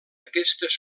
aquestes